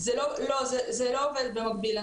לא, זה לא עובד במקביל.